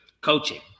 Coaching